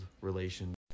relations